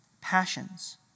passions